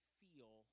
feel